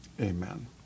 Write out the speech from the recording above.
amen